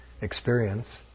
experience